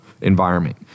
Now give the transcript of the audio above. environment